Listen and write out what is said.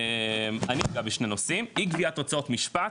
אני אגע בשני נושאים, אי גביית הוצאות משפט